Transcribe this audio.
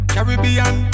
Caribbean